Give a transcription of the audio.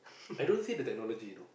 I don't see the technology you know